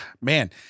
man